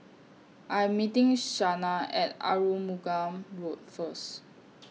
I'm meeting Shanna At Arumugam Road First